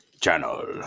Channel